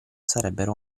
sarebbero